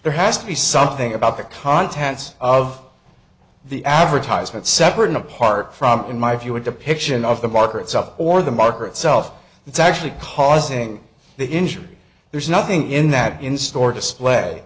there has to be something about the contents of the advertisement separate and apart from in my view a depiction of the market's up or the marker itself it's actually causing the injury there's nothing in that in store display